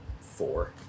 Four